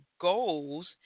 goals